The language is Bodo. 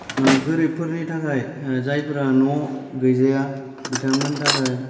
गोरिबफोरनि थाखाय जायफोरा न' गैजाया बिथांमोननि थाखाय